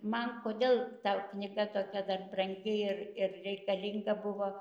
man kodėl ta knyga tokia dar brangi ir ir reikalinga buvo